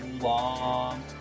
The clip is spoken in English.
long